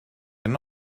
and